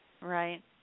Right